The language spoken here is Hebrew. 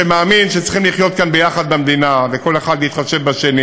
שמאמין שצריכים לחיות כאן ביחד במדינה וכל אחד יתחשב באחר,